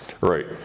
Right